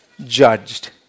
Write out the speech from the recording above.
judged